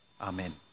Amen